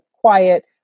quiet